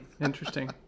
interesting